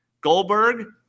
Goldberg